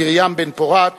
מרים בן-פורת,